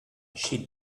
she